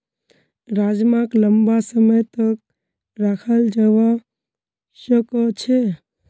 राजमाक लंबा समय तक रखाल जवा सकअ छे